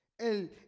El